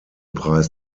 preis